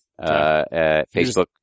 Facebook